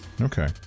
Okay